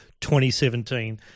2017